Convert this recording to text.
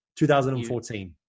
2014